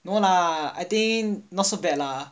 no lah I think not so bad lah